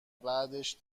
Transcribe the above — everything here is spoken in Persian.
بعدش